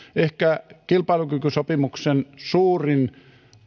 ehkä kilpailukykysopimuksen suurin